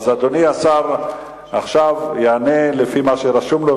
אדוני השר יענה עכשיו לפי מה שרשום לו,